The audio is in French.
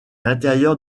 l’intérieur